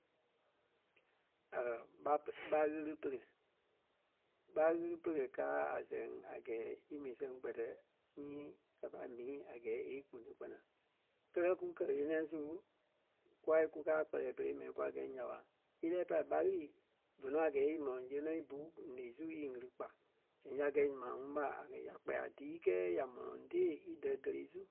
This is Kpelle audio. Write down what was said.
ɓá- ɓá ɣili pere. ɓá ɣili pere káa a sɛŋ a gɛɛ í mii sɛŋ kpɛ́tɛ nyii ya pâi mii a gɛɛ e íkponoi kpanaŋ. Kɛ́lɛ kú kɛ ɣeniɛi su kûa kukaa kpɛlɛɛ pere mɛni kwa gɛ́i nya ɓa ílɛɛ pâi ɓá ɣili vé nɔ a gɛɛ í mɔlɔŋ siɣe nɔ́ í bú ǹeɣii su í ɣili kpa. Zɛŋ ya gɛi maa ŋuŋ ɓa a gɛɛ ya a kpɛɛ dii kɛ́ɛ ya mɔlɔŋ tèe í dɛ̀ kele su,